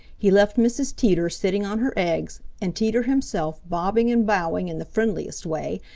he left mrs. teeter sitting on her eggs, and teeter himself bobbing and bowing in the friendliest way,